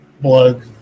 blood